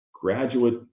graduate